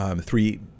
three